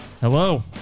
Hello